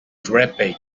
dripping